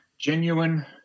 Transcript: genuine